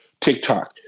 TikTok